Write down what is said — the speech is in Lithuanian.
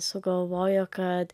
sugalvojo kad